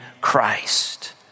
Christ